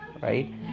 right